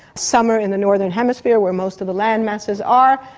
summer in the northern hemisphere where most of the land masses are,